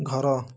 ଘର